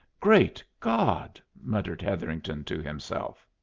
great god! muttered hetherington to himself.